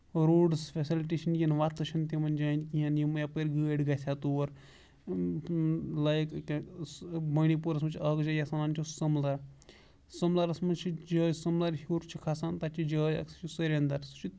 roads facility چھِ نہٕ وَتہٕ چھِ نہٕ تِمن جاین کِہینۍ یِم یِپٲر گٲڑۍ گژھِ ہا تور لایِک مٔنی پوٗرَس منٛز چھِ اکھ جاے یَتھ وَنان چھِ سُمبلر سُمبلرَس منٛز چھِ جاے سُمبلر ہیٚور چھِ کھسان تَتہِ چھِ جاے اکھ سُہ چھِ سُرِندر سُہ چھِ